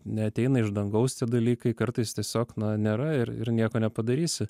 neateina iš dangaus tie dalykai kartais tiesiog na nėra ir ir nieko nepadarysi